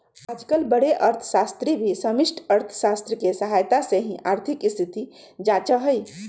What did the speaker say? आजकल बडे अर्थशास्त्री भी समष्टि अर्थशास्त्र के सहायता से ही आर्थिक स्थिति जांचा हई